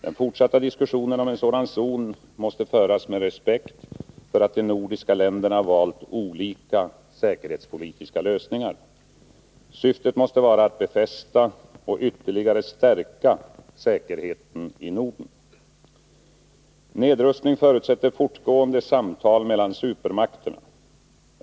Den fortsatta diskussionen om en sådan zon måste föras med respekt för att de nordiska länderna valt olika säkerhetspolitiska lösningar. Syftet måste vara att befästa och ytterligare stärka säkerheten i Norden. Nedrustning förutsätter fortgående samtal mellan supermakterna.